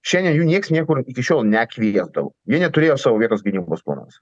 šiandien jų nieks niekur iki šiol nekviesdavo jie neturėjo savo vietos gynybos planuose